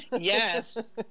Yes